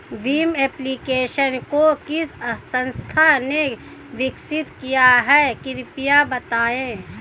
Bhim application को किस संस्था ने विकसित किया है कृपया बताइए?